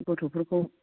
गथ'फोरखौ